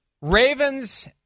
Ravens